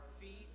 feet